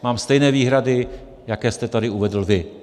Mám stejné výhrady, jaké jste tady uvedl vy.